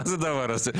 מה זה הדבר הזה?